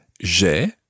J'ai